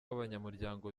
abanyamuryango